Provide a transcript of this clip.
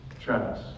Travis